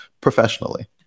professionally